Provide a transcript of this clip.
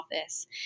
office